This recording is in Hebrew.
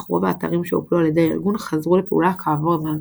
אך רוב האתרים שהופלו על ידי הארגון חזרו לפעולה כעבור זמן קצר.